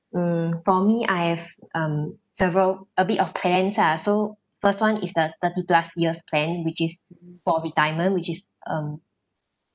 mm for me I've um several a bit of plans ah so first one is the thirty plus years plan which is probably diamond which is um